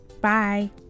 Bye